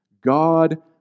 God